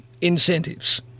incentives